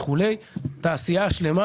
יש כאן תעשייה שלמה